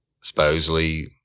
Supposedly